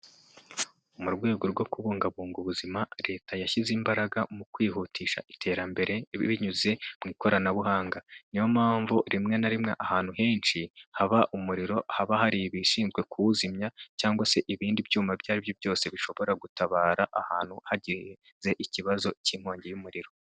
Mu rwego rwo kubungabunga ubuzima, Leta yashyize imbaraga mu kwihutisha iterambere binyuze mu ikoranabuhanga. Niyo mpamvu rimwe na rimwe ahantu henshi haba umuriro, haba hari ibishinzwe kuwuzimya, cyangwa se ibindi byuma ibyo aribyo byose bishobora gutabara ahantu hagizeze ikibazo cy'inkongi y'umuriro.